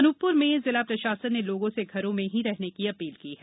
अनूपप्र में जिला प्रशासन ने लोगों से घरों में ही रहने की अपील की है